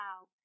out